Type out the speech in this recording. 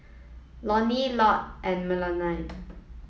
Loney Lott and Melony